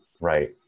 Right